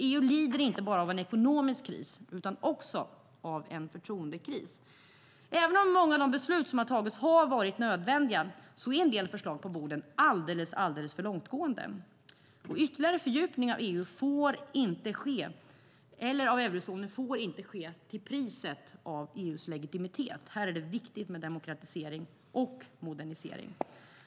EU lider inte bara av en ekonomisk kris utan också av en förtroendekris. Även om många av de beslut som har fattats har varit nödvändiga är en del förslag som ligger på borden alldeles för långtgående. Ytterligare fördjupning av EU eller av eurozonen får inte ske till priset av EU:s legitimitet. Här är det viktigt med demokratisering och modernisering.